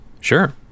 sure